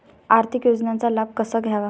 आर्थिक योजनांचा लाभ कसा घ्यावा?